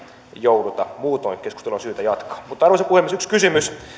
jouduta muutoin keskustelua on syytä jatkaa arvoisa puhemies yksi kysymys